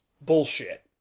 bullshit